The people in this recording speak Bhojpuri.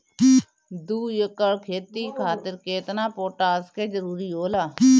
दु एकड़ खेती खातिर केतना पोटाश के जरूरी होला?